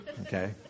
okay